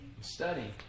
Studying